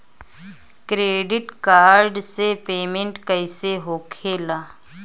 Credit card से payment कईसे होखेला?